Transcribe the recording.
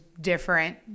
different